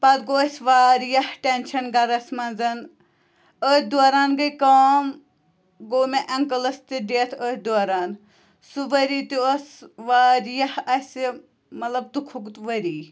پَتہٕ گوٚو اَسہِ واریاہ ٹینشَن گَرَس منٛز أتھۍ دوران گٔے کٲم گوٚو مےٚ اینکلَس تہِ ڈٮ۪تھ أتھۍ دوران سُہ ؤری تہِ اوس واریاہ اَسہِ مطلب دُکھُت ؤری